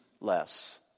less